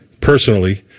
personally